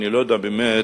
אני לא יודע, באמת,